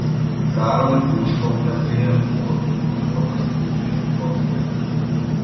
karui užkaukazėje buvo suformuotas rusijos korpusas